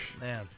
Man